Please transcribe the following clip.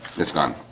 it's gone,